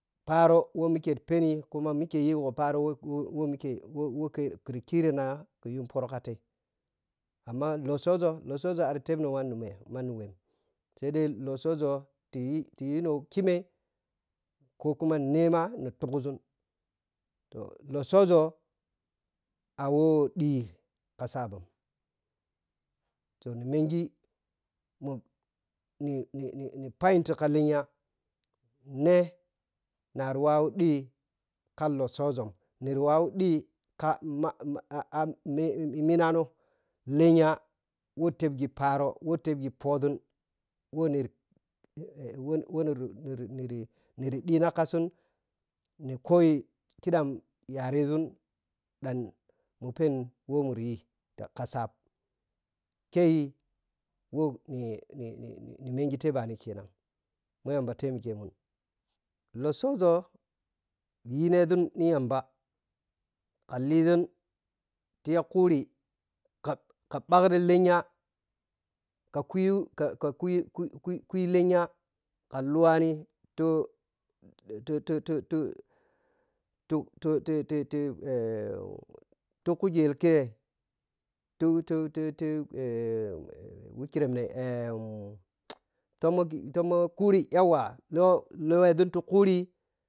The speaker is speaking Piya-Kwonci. Pharo wɛ mikyeyi mike pheni kuma mikye yi gho pharo kiri kirina kuyun phoro katei amma lotsooȝo lotsooȝo arttehp no manni wɛ manni whe saidai lotsooȝo tiy tiyun khimhe kokuma nema ni ɓhug kȝun lotsooȝo waw ka saap toh ni mengi mu ninini payimti ka lenya ne nari whawu ɗhika lotsooȝum niri whawu ɗhi ka mama meminano lenya wotepghi pharo who tepghi phoȝum who niri whuniri nirri ɗhina ka sun ni koyi khiɗam yareȝun ɗan mu pheni wɛ muri yi ka saap kei who ninini mengi the bhanikenan ma yamba temikye mun lotsooȝo yineȝunn niyamba ka liȝuntiya khuri ka-ka shakri lenya ka kyuu ka kyuu kuyii lenya kaluwani tutututututu ti kujel kirei titititi wekiremi ne tsummoh tsummoh kuri lo hweȝun ti khuri,